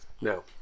No